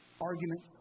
arguments